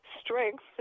strength